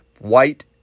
white